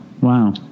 Wow